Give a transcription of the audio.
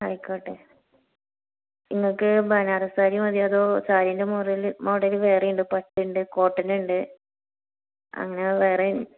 ആയിക്കോട്ടെ നിങ്ങൾക്ക് ബനാറസ് സാരി മതിയോ അതോ സാരീൻ്റെ മോഡൽ മോഡൽ വേറെയുണ്ട് പട്ടിൻ്റെ കോട്ടനുണ്ട് അങ്ങനെ വേറെ